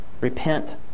Repent